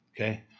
Okay